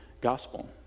gospel